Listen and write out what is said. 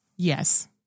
Yes